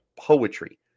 poetry